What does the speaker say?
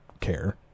care